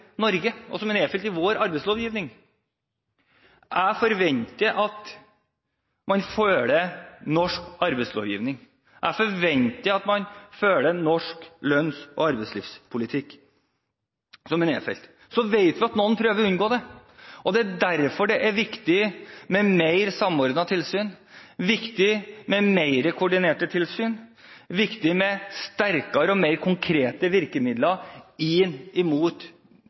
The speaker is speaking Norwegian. Norge og tilbyr sin arbeidskraft under de lønns- og arbeidsvilkår som er gjeldende for Norge, og som er nedfelt i vår arbeidslovgivning. Jeg forventer at man følger norsk arbeidslovgivning. Jeg forventer at man følger norsk lønns- og arbeidslivspolitikk som er nedfelt. Så vet vi at noen prøver å unngå det. Det er derfor det er viktig med mer